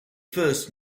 first